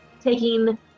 taking